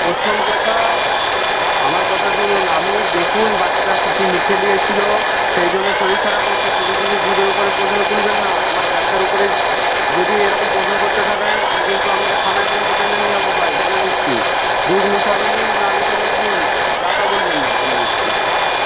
প্রথম কথা আমার কথা শুনুন আপনি দেখুন বাচ্চা কিছু মুখে নিয়েছিল সেই জন্য শরীর খারাপ হয়েছে শুধু শুধু দুধের ওপরে প্রশ্ন তুলবেন না আমার ব্যবসার উপরে যদি এরকম প্রশ্ন করতে থাকেন আমি কিন্তু আপনাকে থানায় পর্যন্ত টেনে নিয়ে যাব ভাই বলে দিচ্ছি দুধ নিতে হবে নিন না নিতে হবে না নিন যা তা বলবেন না বলে দিচ্ছি